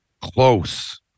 close